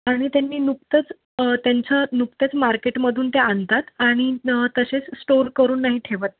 आणि त्यांनी नुकतंच त्यांचं नुकतंच मार्केटमधून ते आणतात आणि तसेच स्टोअर करून नाही ठेवत